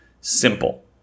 simple